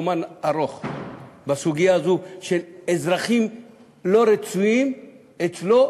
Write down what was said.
רומן ארוך בסוגיה הזו של אזרחים לא רצויים אצלו,